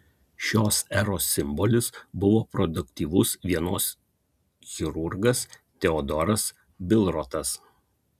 šios eros simbolis buvo produktyvus vienos chirurgas teodoras bilrotas